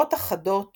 שורות אחדות